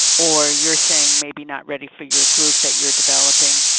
or you're saying maybe not ready for your group that you're developing.